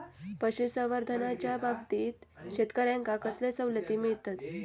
पशुसंवर्धनाच्याबाबतीत शेतकऱ्यांका कसले सवलती मिळतत?